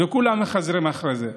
כשכולם מחזרים אחריהם.